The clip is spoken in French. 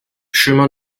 chemin